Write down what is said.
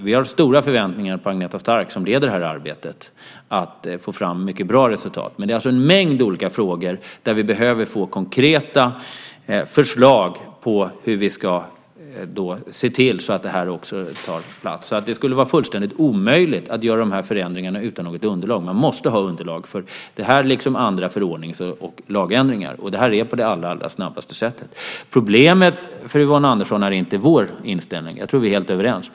Vi har stora förväntningar på att Agneta Stark, som leder det här arbetet, ska få fram ett mycket bra resultat. Men det är alltså en mängd olika frågor där vi behöver få konkreta förslag på hur vi kan se till att detta kommer på plats. Det skulle vara fullständigt omöjligt att göra de här förändringarna utan något underlag. Man måste ha underlag för dessa liksom andra förordnings och lagändringar, och detta är det allra snabbaste sättet. Problemet för Yvonne Andersson är inte vår inställning. Jag tror att vi är helt överens.